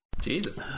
Jesus